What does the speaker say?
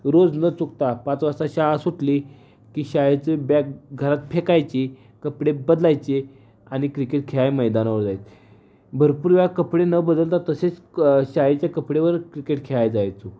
रोज न चुकता पाच वाजता शाळा सुटली की शाळेचे बॅग घरात फेकायची कपडे बदलायचे आणि क्रिकेट खेळायला मैदानावर जायला भरपूर वेळा कपडे न बदलता तसेच क शाळेच्या कपड्यावर क्रिकेट खेळायला जायचो